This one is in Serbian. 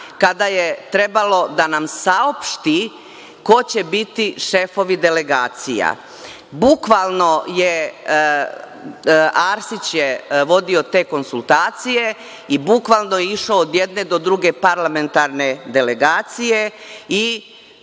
kada je trebalo da nam saopšti ko će biti šefovi delegacija. Arsić je vodio te konsultacije i bukvalno išao od jedne do druge parlamentarne delegaciji i